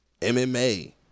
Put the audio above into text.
MMA